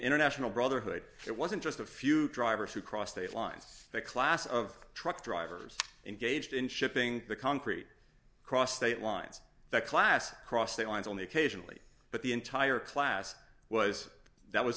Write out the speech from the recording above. international brotherhood it wasn't just a few drivers who cross state lines the class of truck drivers engaged in shipping the concrete cross state lines that class cross state lines only occasionally but the entire class was that was